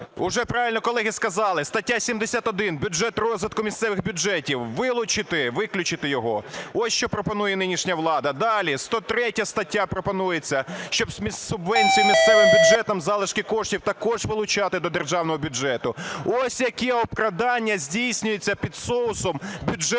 Уже, правильно колеги сказали, стаття 71, бюджет розвитку місцевих бюджетів, вилучити, виключити його - ось, що пропонує нинішня влада. Далі: 103 стаття. Пропонується, щоб з субвенцій місцевих бюджетів залишки коштів також вилучати до державного бюджету. Ось яке обкрадання здійснюється під соусом бюджетної